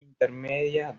intermedia